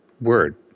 word